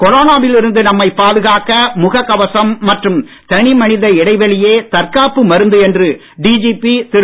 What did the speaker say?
கொரோனாவில் இருந்து நம்மை பாதுகாக்க முகக் கவசம் மற்றும் தனி மனித இடைவெளியே தற்காப்பு மருந்து என்று டிஜிபி திரு